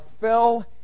fell